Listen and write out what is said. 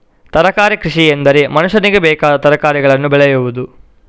ತರಕಾರಿ ಕೃಷಿಎಂದರೆ ಮನುಷ್ಯನಿಗೆ ಬೇಕಾದ ತರಕಾರಿಗಳನ್ನು ಬೆಳೆಯುವುದು